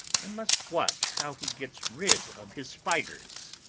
i must watch how he gets rid of his spiders.